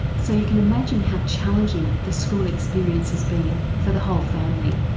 so you can imagine how challenging the school experience has been for the whole family.